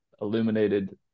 illuminated